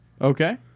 Okay